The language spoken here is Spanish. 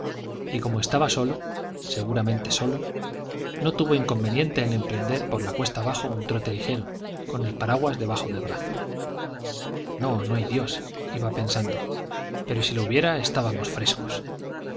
y como estaba solo seguramente solo no tuvo inconveniente en emprender por la cuesta abajo un trote ligero con el paraguas debajo del brazo no no hay dios iba pensando pero si lo hubiera